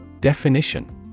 Definition